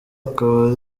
akaba